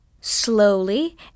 Slowly